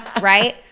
right